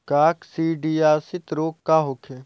काकसिडियासित रोग का होखे?